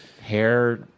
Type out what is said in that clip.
Hair